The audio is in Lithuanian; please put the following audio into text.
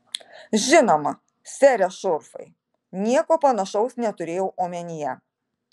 žinoma sere šurfai nieko panašaus neturėjau omenyje